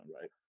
right